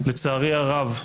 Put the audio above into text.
אדוני היושב-ראש,